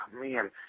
man